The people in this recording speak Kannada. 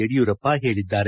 ಯಡಿಯೂರಪ್ಪ ಹೇಳಿದ್ದಾರೆ